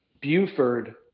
Buford